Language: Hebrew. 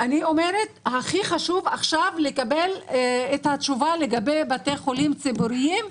אני אומרת שהכי חשוב עכשיו לקבל את התשובה לגבי בתי חולים ציבוריים,